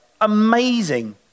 amazing